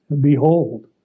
Behold